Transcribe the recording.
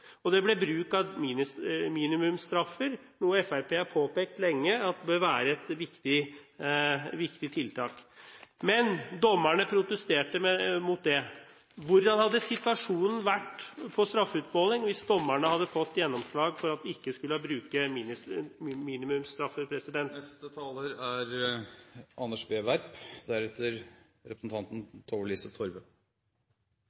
være. Det ble bruk av minimumsstraffer, noe Fremskrittspartiet har påpekt lenge bør være et viktig tiltak, men dommerne protesterte mot det. Hvordan hadde situasjonen vært når det gjelder straffeutmåling, hvis dommerne hadde fått gjennomslag for at man ikke skulle bruke